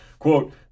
Quote